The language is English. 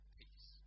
peace